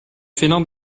félin